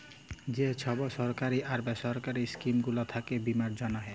যে ছব সরকারি আর বেসরকারি ইস্কিম গুলা থ্যাকে বীমার জ্যনহে